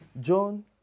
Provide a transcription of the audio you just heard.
John